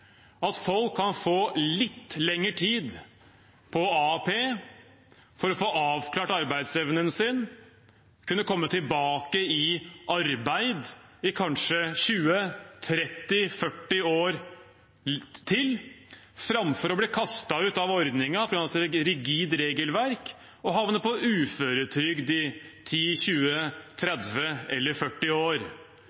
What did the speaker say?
at folk kan få litt lengre tid på AAP for å få avklart arbeidsevnen sin, kunne komme tilbake i arbeid i kanskje 20–30–40 år til, framfor å bli kastet ut av ordningen på grunn av et rigid regelverk og havne på uføretrygd i